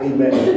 Amen